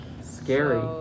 scary